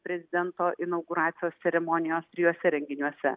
prezidento inauguracijos ceremonijos trijuose renginiuose